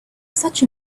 such